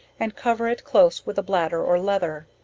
and cover it close with a bladder or leather.